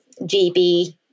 GB